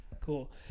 cool